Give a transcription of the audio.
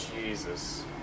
Jesus